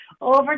over